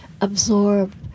absorb